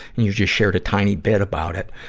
you just shared a tiny bit about it.